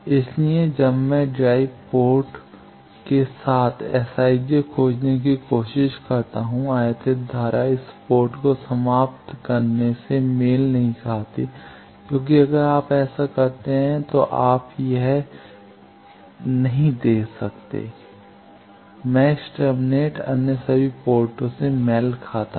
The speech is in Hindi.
इसलिए जब मैं ड्राइव पोर्ट पोर्ट j के साथ Sij खोजने की कोशिश कर रहा हूँ आयातित धारा इस पोर्ट को समाप्त करने से मेल नहीं खाती क्योंकि अगर आप ऐसा करते हैं तो आप यह you नहीं दे सकते मैच टर्मिनेट अन्य सभी पोर्ट से मेल खाता है